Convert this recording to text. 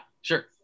sure